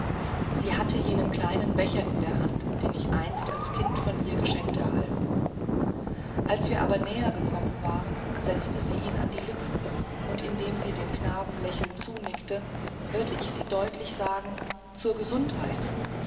sie hatte jenen kleinen becher in der hand den ich einst als kind von ihr geschenkt erhalten als wir aber näher gekommen waren setzte sie ihn an die lippen und indem sie dem knaben lächelnd zunickte hörte ich sie deutlich sagen zur gesundheit